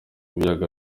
biyaga